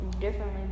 differently